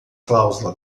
cláusula